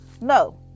No